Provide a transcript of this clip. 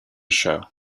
show